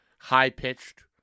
high-pitched